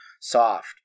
soft